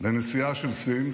לנשיאה של סין